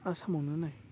आसामावनो नाय